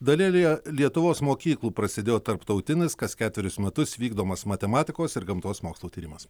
dalelėje lietuvos mokyklų prasidėjo tarptautinis kas keturis metus vykdomas matematikos ir gamtos mokslų tyrimas